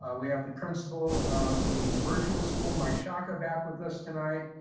ah we have the principal of the virtual school, mike sciacca back with us tonight,